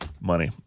money